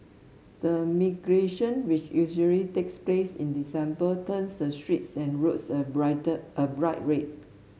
the migration which usually takes place in December turns the streets and roads a brighter a bright red